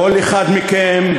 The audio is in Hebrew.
כל אחד מכם,